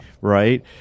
right